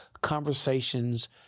conversations